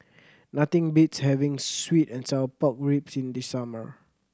nothing beats having sweet and sour pork ribs in the summer